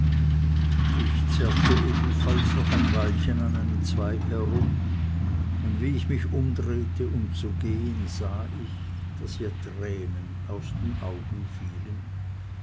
ich zerrte ebenfalls noch ein weilchen an einem zweige herum und wie ich mich umdrehte um zu gehen sah ich daß ihr tränen aus den augen fielen